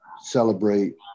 celebrate